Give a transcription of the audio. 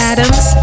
Adams